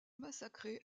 massacré